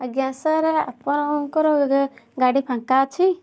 ଆଜ୍ଞା ସାର୍ ଆପଣଙ୍କର ଗାଡ଼ି ଫାଙ୍କା ଅଛି